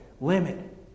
limit